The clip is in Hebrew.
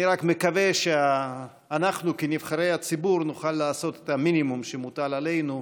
אני רק מקווה שאנחנו כנבחרי הציבור נוכל לעשות את המינימום שמוטל עלינו,